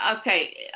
Okay